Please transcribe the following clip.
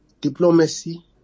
diplomacy